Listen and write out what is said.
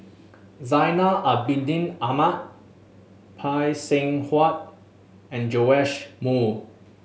Zainal Abidin Ahmad Phay Seng Whatt and Joash Moo